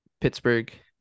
Pittsburgh